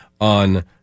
on